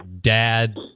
dad